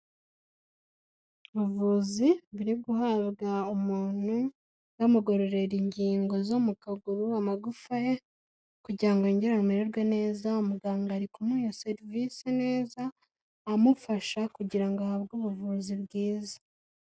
Ubuvuzi buri guhabwa umuntu, bamugororera ingingo zo mu kaguru, amagufa ye kugira ngo yongere amererwe neza muganga ari kumuha serivisi neza, amufasha kugira ngo ahabwe ubuvuzi bwiza.